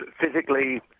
physically